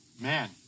man